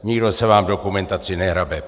Nikdo se vám v dokumentaci nehrabe.